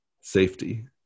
safety